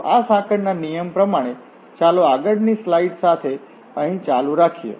તો આ સાંકળના નિયમ સાથે ચાલો આગળની સ્લાઇડ સાથે અહીં ચાલુ રાખીએ